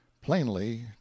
Plainly